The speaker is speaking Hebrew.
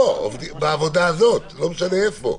בעבודה הזו, לא משנה איפה.